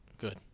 Good